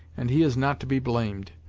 and he is not to be blamed.